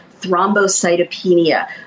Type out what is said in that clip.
thrombocytopenia